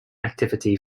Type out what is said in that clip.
activity